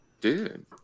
Dude